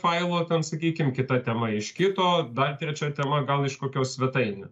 failo ten sakykim kita tema iš kito dar trečia tema gal iš kokios svetainių